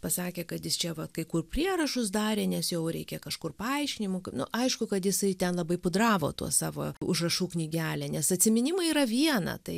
pasakė kad jis čia va kai kur prierašus darė nes jau reikia kažkur paaiškinimų nu aišku kad jisai ten labai pudravo tuo savo užrašų knygele nes atsiminimai yra viena tai